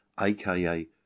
aka